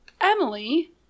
Emily